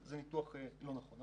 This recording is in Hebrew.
זה ניתוח לא נכון.